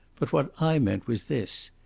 but what i meant was this.